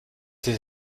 sie